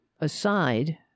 aside